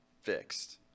fixed